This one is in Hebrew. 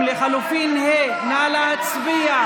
לחלופין (ה) של קבוצת סיעת